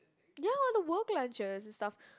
yeah all the work lunches and stuff